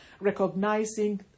recognizing